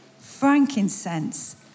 frankincense